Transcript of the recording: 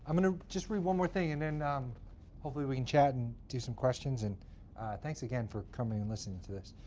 um going to just read one more thing, and then um hopefully, we can chat, and do some questions. and thanks again for coming and listening to this.